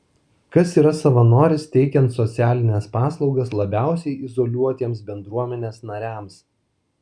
kas yra savanoris teikiant socialines paslaugas labiausiai izoliuotiems bendruomenės nariams